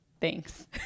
thanks